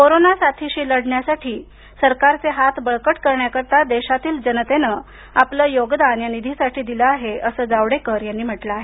corona साथीशी लढण्यासाठी सरकारचे हात बळकट करण्याकरता देशातील जनतेनं आपलं योगदान या फंडासाठी दिले अस जावडेकर यांनी म्हटलं आहे